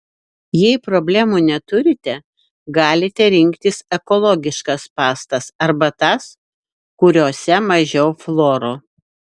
jei problemų neturite galite rinktis ekologiškas pastas arba tas kuriose mažiau fluoro